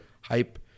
hype